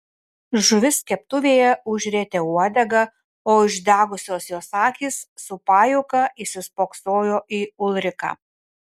žuvis keptuvėje užrietė uodegą o išdegusios jos akys su pajuoka įsispoksojo į ulriką